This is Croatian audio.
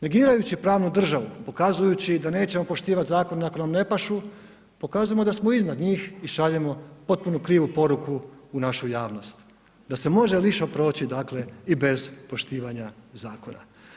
Negirajući pravnu državu, pokazujući da nećemo poštivati zakone ako nam ne pašu, pokazujemo da smo iznad njih i šaljemo potpuno krivu poruku u našu javnost, da se može lišo proći dakle i bez poštivanja zakona.